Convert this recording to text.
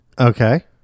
Okay